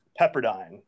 Pepperdine